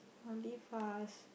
I'll leave fast